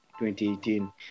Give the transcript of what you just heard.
2018